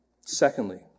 Secondly